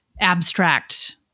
abstract